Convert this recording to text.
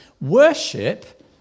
Worship